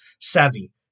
Savvy